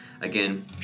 Again